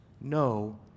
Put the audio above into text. no